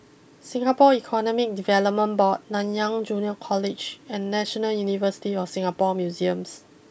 Singapore Economic Development Board Nanyang Junior College and National University of Singapore Museums